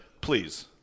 please